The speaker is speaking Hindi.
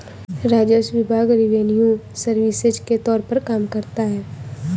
राजस्व विभाग रिवेन्यू सर्विसेज के तौर पर काम करता है